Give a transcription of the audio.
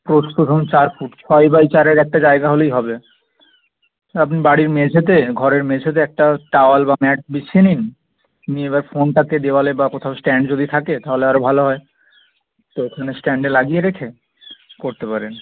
প্রস্থ ধরুন চার ফুট ছয় বাই চারের একটা জায়গা হলেই হবে আপনি বাড়ির মেঝেতে ঘরের মেঝেতে একটা টাওয়াল বা ম্যাট বিছিয়ে নিন নিয়ে এবার ফোনটাকে দেওয়ালে বা কোথাও স্ট্যান্ড যদি থাকে তাহলে আরও ভালো হয় তো ওখানে স্ট্যান্ডে লাগিয়ে রেখে করতে পারেন